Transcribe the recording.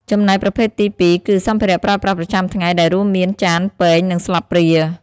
ចំណែកប្រភេទទីពីរគឺ សម្ភារៈប្រើប្រាស់ប្រចាំថ្ងៃ ដែលរួមមាន ចាន ពែង និងស្លាបព្រា។